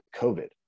COVID